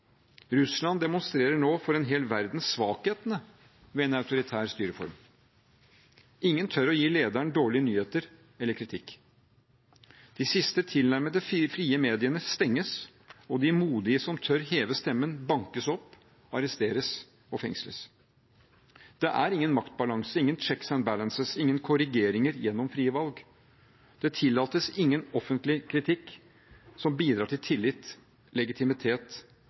demonstrerer nå for en hel verden svakhetene ved en autoritær styreform. Ingen tør å gi lederen dårlige nyheter eller kritikk. De siste tilnærmet frie mediene stenges, og de modige som tør heve stemmen, bankes opp, arresteres og fengsles. Det er ingen maktbalanse, ingen «checks and balances», ingen korrigeringer gjennom frie valg. Det tillates ingen offentlig kritikk som bidrar til tillit, legitimitet